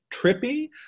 trippy